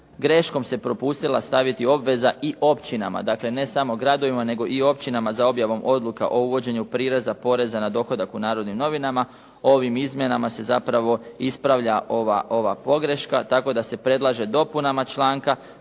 greškom se propustila staviti obveza i općinama, dakle ne samo gradovima nego i općinama za objavom odluka o uvođenju prireza, poreza na dohodak u "Narodnim novinama". Ovim izmjenama se zapravo ispravlja ova pogreška tako da se predlaže dopunama članka